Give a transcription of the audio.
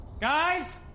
Guys